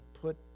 put